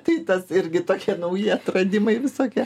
tai tas irgi tokie nauji atradimai visokie